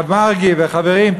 הרב מרגי וחברים,